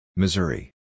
Missouri